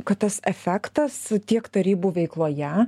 kad tas efektas tiek tarybų veikloje